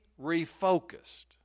refocused